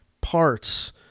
parts